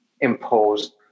imposed